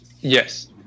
Yes